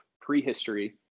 prehistory